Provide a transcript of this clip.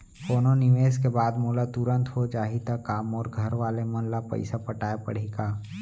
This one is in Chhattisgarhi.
कोनो निवेश के बाद मोला तुरंत हो जाही ता का मोर घरवाले मन ला पइसा पटाय पड़ही का?